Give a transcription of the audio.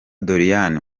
doriane